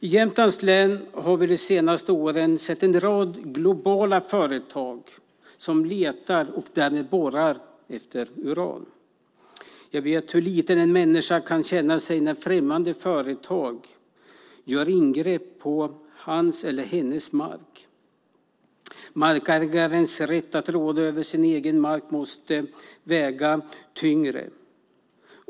I Jämtlands län har vi de senaste åren sett en rad globala företag som letar och därmed borrar efter uran. Jag vet hur liten en människa kan känna sig när främmande företag gör ingrepp på hans eller hennes mark. Markägarens rätt att råda över sin egen mark måste väga tyngre.